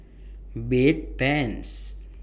Bedpans